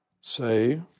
say